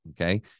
okay